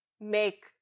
make